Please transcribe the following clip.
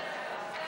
אליה